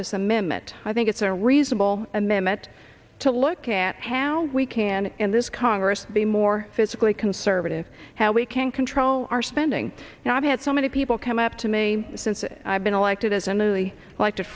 this amendment i think it's a reasonable amendment to look at how we can in this congress be more physically conservative how we can control our spending and i've had so many people come up to me since i've been elected as a newly elected